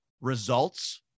results